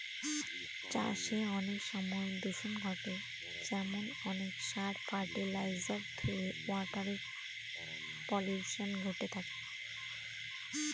চাষে অনেক সময় দূষন ঘটে যেমন অনেক সার, ফার্টিলাইজার ধূয়ে ওয়াটার পলিউশন ঘটে থাকে